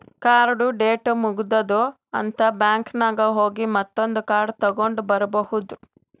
ಕಾರ್ಡ್ದು ಡೇಟ್ ಮುಗದೂದ್ ಅಂತ್ ಬ್ಯಾಂಕ್ ನಾಗ್ ಹೋಗಿ ಮತ್ತೊಂದ್ ಕಾರ್ಡ್ ತಗೊಂಡ್ ಬರ್ಬಹುದ್